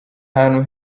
ahantu